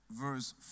verse